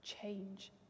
change